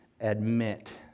admit